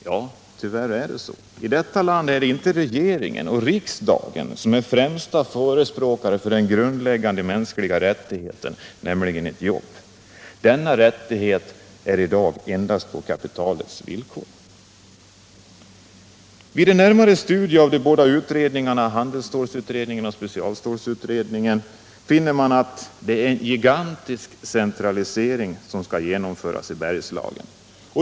Ja, tyvärr är det så. I detta land är det inte regeringen och riksdagen som är främsta förespråkare för den grundläggande mänskliga rättigheten, nämligen ett jobb. Denna rättighet finns i dag endast på kapitalets villkor. Vid ett närmare studium av handelsstålsutredningen och specialstålsutredningen finner man att en gigantisk centralisering skall genomföras i Bergslagen.